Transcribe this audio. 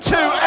Two